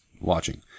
watching